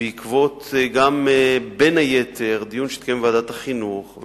ובין היתר בעקבות דיון שהתקיים בוועדת החינוך,